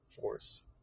force